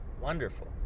wonderful